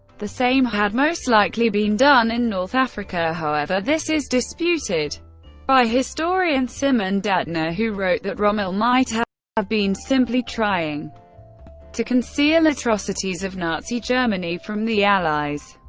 the same had most likely been done in north africa, however this is disputed by historian szymon datner who wrote that rommel might have ah been simply trying to conceal atrocities of nazi germany from the allies.